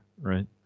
Right